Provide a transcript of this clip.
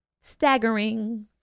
Staggering